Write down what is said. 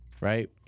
right